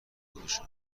خودشو